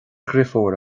dheirfiúr